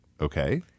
okay